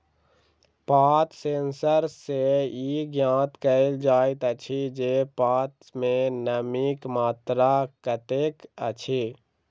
पात सेंसर सॅ ई ज्ञात कयल जाइत अछि जे पात मे नमीक मात्रा कतेक अछि